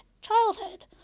childhood